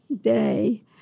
day